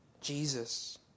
Jesus